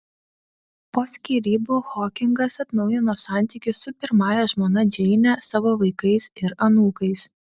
po skyrybų hokingas atnaujino santykius su pirmąja žmona džeine savo vaikais ir anūkais